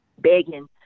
begging